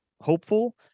hopeful